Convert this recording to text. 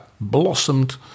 blossomed